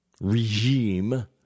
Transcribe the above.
regime